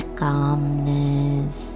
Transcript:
calmness